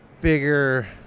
bigger